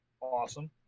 Awesome